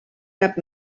cap